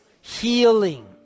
healing